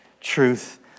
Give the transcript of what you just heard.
truth